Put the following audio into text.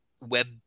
web